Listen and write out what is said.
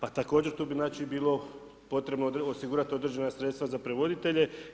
A također tu bi znači bilo potrebno osigurati određena sredstva za prevoditelje.